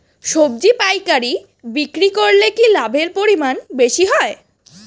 সবজি পাইকারি বিক্রি করলে কি লাভের পরিমাণ বেশি হয়?